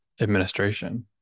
administration